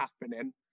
happening